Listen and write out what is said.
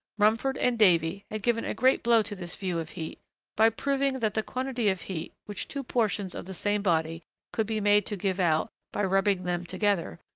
rumford and davy had given a great blow to this view of heat by proving that the quantity of heat which two portions of the same body could be made to give out, by rubbing them together,